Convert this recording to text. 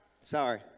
Sorry